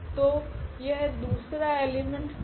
तो यह दूसरा एलीमेंट् होगा